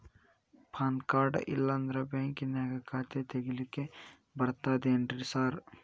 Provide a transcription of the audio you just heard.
PAN card ಇಲ್ಲಂದ್ರ ಬ್ಯಾಂಕಿನ್ಯಾಗ ಖಾತೆ ತೆಗೆಲಿಕ್ಕಿ ಬರ್ತಾದೇನ್ರಿ ಸಾರ್?